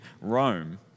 Rome